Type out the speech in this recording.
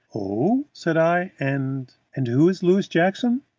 oh, said i and and who is louis jackson?